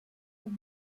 aux